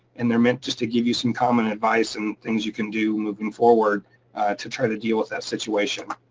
and they're meant just to give you some common advice and things you can do moving forward to try to deal with that situation.